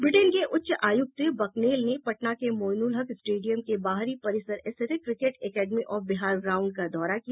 Britain के उच्च आयुक्त बकनेल ने पटना के मोइनुलहक स्टेडियम के बाहरी परिसर स्थित cricket academy of Bihar ground का दौरा किया